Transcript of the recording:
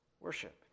worship